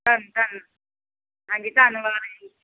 ਹਾਂਜੀ ਧੰਨ ਹਾਂਜੀ ਧੰਨਵਾਦ ਜੀ